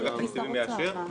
ואגף תקציבים יאשר,